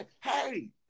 hey